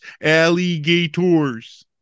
Alligators